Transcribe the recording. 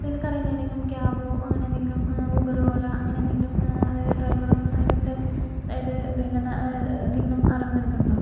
അപ്പോൾ നിനക്കറിയുന്ന ഏതെങ്കിലും ക്യാബോ അങ്ങനെ എന്തെങ്കിലും ഊബറോ അല്ല അങ്ങനെയെന്തെങ്കിലും അതായത് ഡ്രൈവറും ഇവരുടെ അതായത് പിന്നെ എന്നാൽ എന്തെങ്കിലും അറിവ് നിനക്കുണ്ടോ